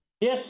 Yes